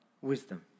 wisdom